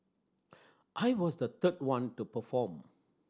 I was the third one to perform